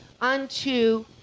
unto